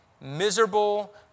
miserable